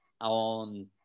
on